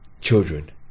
children